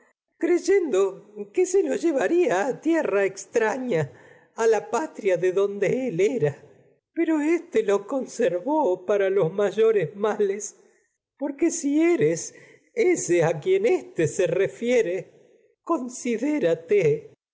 creyendo se llevaría a extraña a la patria de donde él era para se pero si éste lo conservó los mayores males porque eres ese a quien los éste refiere considérate